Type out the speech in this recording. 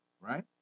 right